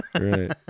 Right